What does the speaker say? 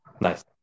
Nice